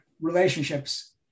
relationships